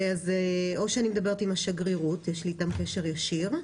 אז אני מדברת עם השגרירות, יש לי איתם קשר ישיר.